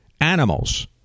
animals